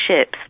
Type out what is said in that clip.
ships